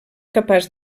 capaç